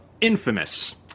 infamous